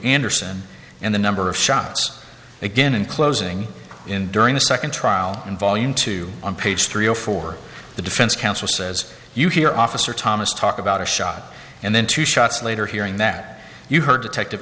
anderson in the number of shots again in closing in during the second trial in volume two on page three zero four the defense counsel says you hear officer thomas talk about a shot and then two shots later hearing that you heard detective